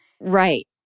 Right